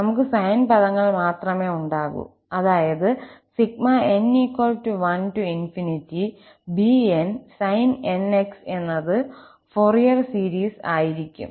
നമുക്ക് സൈൻ പദങ്ങൾ മാത്രമേ ഉണ്ടാകൂ അതായത് n1bn sin nx എന്നത് ഫോറിയർ സീരീസ് ആയിരിക്കും